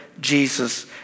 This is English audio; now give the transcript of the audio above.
Jesus